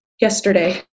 yesterday